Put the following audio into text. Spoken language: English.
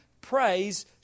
Praise